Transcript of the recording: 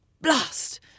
blast